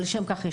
לשם כך יש